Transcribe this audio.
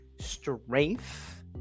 strength